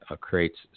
creates